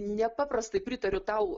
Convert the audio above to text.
nepaprastai pritariu tau